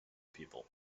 people